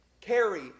carry